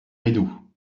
rideaux